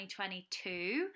2022